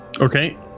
Okay